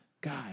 God